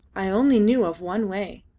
i only knew of one way.